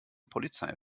polizei